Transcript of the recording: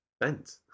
Bent